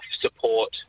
support